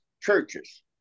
churches